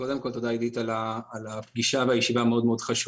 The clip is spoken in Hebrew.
תודה עידית על הפגישה ועל הישיבה החשובה.